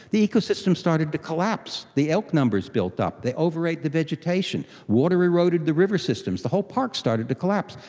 the ecosystem started to collapse, the elk numbers built up, they overate the vegetation, water eroded the river systems, the whole park started to collapse,